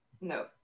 no